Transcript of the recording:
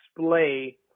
display